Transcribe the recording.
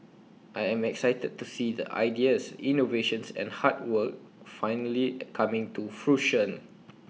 I am excited to see the ideas innovations and hard work finally coming to fruition